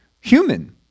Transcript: human